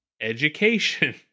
education